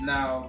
Now